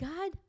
God